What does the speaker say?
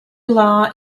law